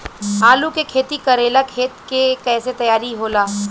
आलू के खेती करेला खेत के कैसे तैयारी होला?